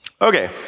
Okay